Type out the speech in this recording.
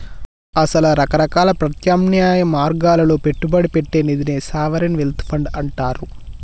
అసల రకరకాల ప్రత్యామ్నాయ మార్గాల్లో పెట్టుబడి పెట్టే నిదినే సావరిన్ వెల్త్ ఫండ్ అంటారు